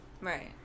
right